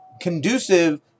conducive